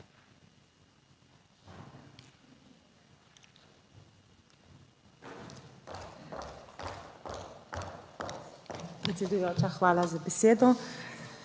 hvala za besedo.